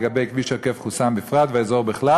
לגבי כביש עוקף-חוסאן בפרט והאזור בכלל